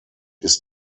ist